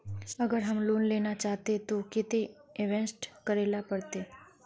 अगर हम लोन लेना चाहते तो केते इंवेस्ट करेला पड़ते?